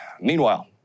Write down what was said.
Meanwhile